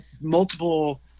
multiple